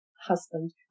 husband